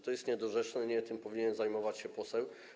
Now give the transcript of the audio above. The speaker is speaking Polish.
To jest niedorzeczne i nie tym powinien zajmować się poseł.